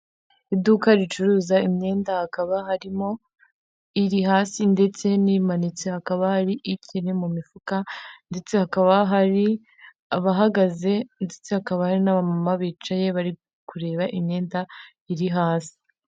Iduka ricuruza imyenda hakaba harimo iri hasi ndetse n'imanitse, hakaba hari ikiri mu mifuka ndetse hakaba hari abahagaze ndetse hakaba hari n'abamama bicaye bari kureba imyenda iri hasi.